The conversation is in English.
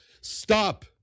stop